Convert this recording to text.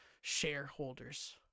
shareholders